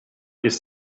ist